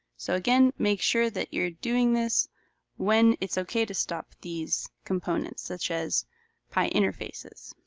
so again, make sure that you are doing this when it's ok to stop these components, such as pi interfaces.